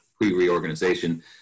pre-reorganization